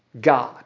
God